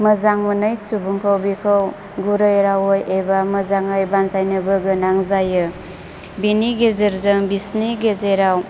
मोजां मोनै सुबुंखौ बिखौ गुरै रावै एबा मोजाङै बानजायनो गोनां जायो बिनि गेजेरजों बिसोरनि गेजेराव